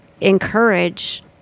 encourage